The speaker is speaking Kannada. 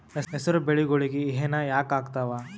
ಹೆಸರು ಬೆಳಿಗೋಳಿಗಿ ಹೆನ ಯಾಕ ಆಗ್ತಾವ?